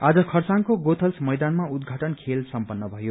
आज खरसाङको गोथल्स मैदानमा उद्धाटन खेल सम्पन्न भयो